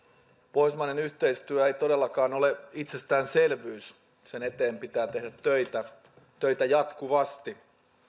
pohjoismainen yhteistyö ei todellakaan ole itsestäänselvyys sen eteen pitää tehdä töitä töitä jatkuvasti